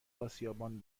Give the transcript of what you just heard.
آسیابان